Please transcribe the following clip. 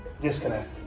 disconnect